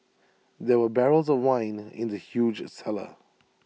there were barrels of wine in the huge cellar